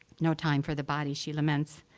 no time for the body, she laments,